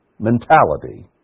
mentality